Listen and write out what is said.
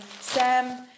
Sam